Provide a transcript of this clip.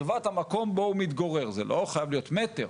בקרבת המקום בו הוא מתגורר, זה לא חייב להיות מטר,